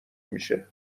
میشه